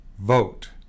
vote